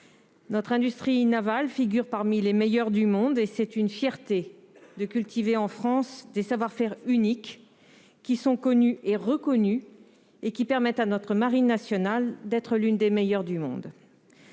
Notre industrie navale figure parmi les meilleures du monde. C'est une fierté de cultiver en France des savoir-faire uniques, connus et reconnus, qui permettent à notre marine nationale d'être l'une des meilleures au monde.